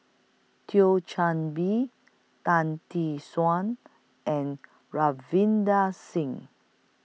Thio Chan Bee Tan Tee Suan and Ravinder Singh